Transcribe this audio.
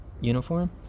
uniform